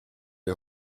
les